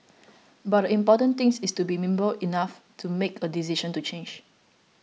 but the important thing is to be nimble enough to make a decision to change